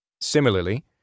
Similarly